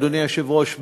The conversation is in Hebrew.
אדוני היושב-ראש,